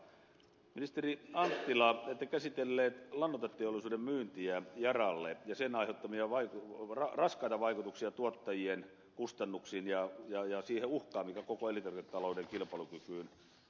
ministeri anttila ette käsitellyt lannoiteteollisuuden myyntiä yaralle ja sen aiheuttamia raskaita vaikutuksia tuottajien kustannuksiin ja siihen uhkaan mikä koko elintarviketalouden kilpailukykyyn kohdistuu